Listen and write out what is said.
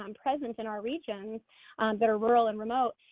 um presence in our regions that are rural and remote,